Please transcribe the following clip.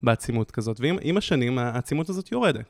בעצימות כזאת, ועם השנים העצימות הזאת יורדת.